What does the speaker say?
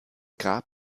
grab